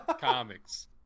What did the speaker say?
Comics